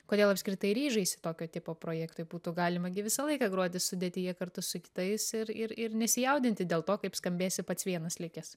kodėl apskritai ryžaisi tokio tipo projektui būtų galima gi visą laiką groti sudėtyje kartu su kitais ir ir ir nesijaudinti dėl to kaip skambėsi pats vienas likęs